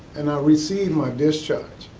and i received my discharge.